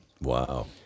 Wow